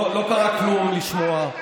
לא קרה כלום מלשמוע.